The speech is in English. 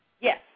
Yes